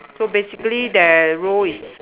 so basically their role is